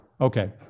Okay